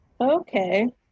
Okay